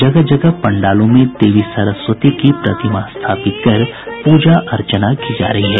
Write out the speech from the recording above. जगह जगह पंडालों में देवी सरस्वती की प्रतिमा स्थापित कर पूजा अर्चना की जा रही है